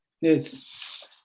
Yes